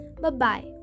Bye-bye